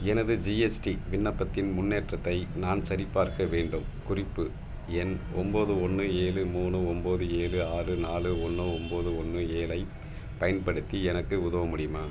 எனது ஜிஎஸ்டி விண்ணப்பத்தின் முன்னேற்றத்தை நான் சரிபார்க்க வேண்டும் குறிப்பு எண் ஒம்பது ஒன்று ஏழு மூணு ஒம்பது ஏழு ஆறு நாலு ஒன்று ஒம்பது ஒன்று ஏழைப் பயன்படுத்தி எனக்கு உதவ முடியுமா